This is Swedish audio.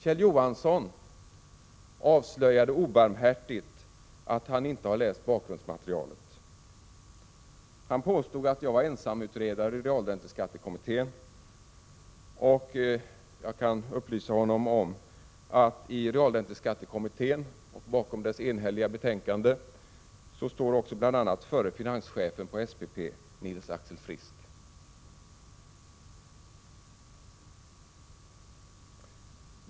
Kjell Johansson avslöjade obarmhärtigt att han inte läst bakgrundsmaterialet. Han påstod att jag var ensamutredare i realränteskattekommittén. Jag kan upplysa honom om att i den kommittén och bakom dess enhälliga betänkande fanns också bl.a. förre finanschefen på SPP, Nils-Axel Frisk.